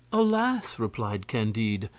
alas! replied candide,